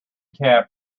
cab